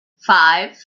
five